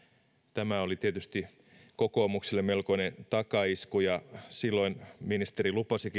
tämä oli tietysti kokoomukselle melkoinen takaisku ja silloin ministeri lupasikin